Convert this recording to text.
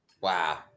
Wow